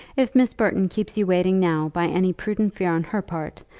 if miss burton keeps you waiting now by any prudent fear on her part,